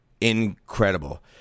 incredible